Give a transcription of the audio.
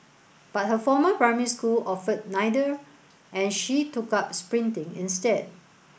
but her former primary school offered neither and she took up sprinting instead